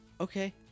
Okay